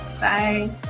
Bye